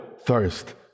thirst